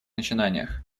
начинаниях